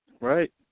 Right